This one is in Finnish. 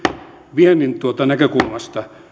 viennin näkökulmasta